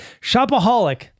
Shopaholic